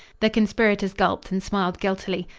the conspirators gulped and smiled guiltily.